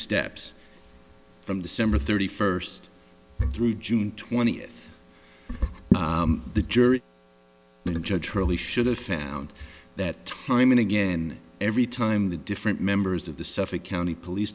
steps from december thirty first through june twentieth the jury and judge really should have found that time and again every time the different members of the suffolk county police